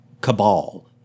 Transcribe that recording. cabal